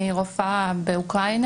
אני רופאה מאוקראינה,